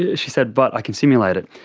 ah she said, but i can simulate it.